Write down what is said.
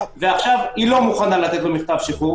והיא לא מוכנה לתת לו מכתב שחרור,